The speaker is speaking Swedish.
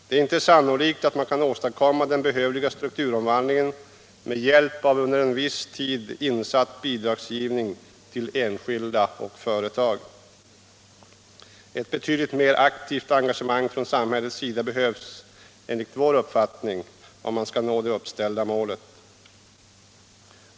Det är inte sannolikt att man kan åstadkomma den behövliga strukturomvandlingen med hjälp av en under viss tid insatt bidragsgivning till enskilda och företag. Ett betydligt mer aktivt engagemang från samhällets sida behövs, enligt vår uppfattning, om man skall nå det uppställda målet.